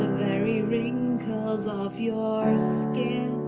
very wrinkles of your skin